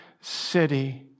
city